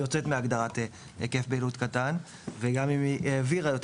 יוצאת מההגדרה "היקף פעילות קטן"; וגם אם היא העבירה יותר